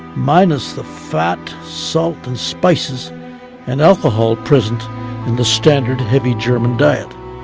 minus the fat, salt and spices and alcohol present in the standard heavy german diet.